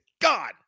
God